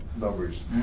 numbers